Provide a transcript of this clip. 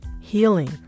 healing